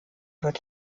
wird